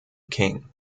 king